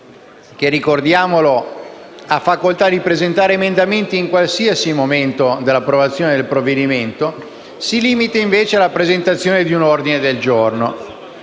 relatore, che ha facoltà di presentare emendamenti in qualsiasi momento dell’iter di esame di un provvedimento, si limita invece alla presentazione di un ordine del giorno;